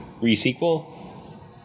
re-sequel